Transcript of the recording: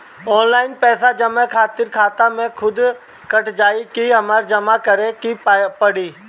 Online पैसा जमा करे खातिर खाता से खुदे कट जाई कि हमरा जमा करें के पड़ी?